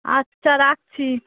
আচ্ছা রাখছি